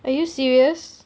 are you serious